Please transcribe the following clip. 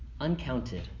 uncounted